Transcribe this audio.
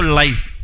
life